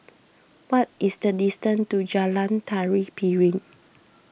what is the distance to Jalan Tari Piring